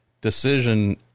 decision